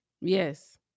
Yes